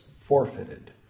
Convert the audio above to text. forfeited